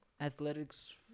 athletics